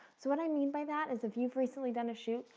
so what i mean by that is if you've recently done a shoot,